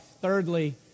Thirdly